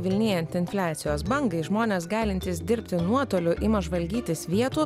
vilnijant infliacijos bangai žmonės galintys dirbti nuotoliu ima žvalgytis vietų